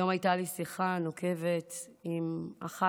היום הייתה לי שיחה נוקבת עם אחת